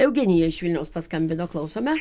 eugenija iš vilniaus paskambino klausome